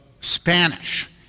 Spanish